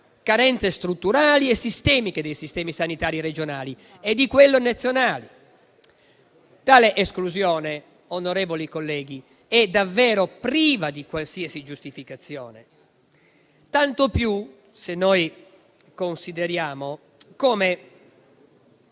carenze strutturali e sistemiche dei sistemi sanitari regionali e di quello nazionale. Tale esclusione, onorevoli colleghi, è davvero priva di qualsiasi giustificazione, tanto più se noi consideriamo come